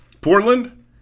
Portland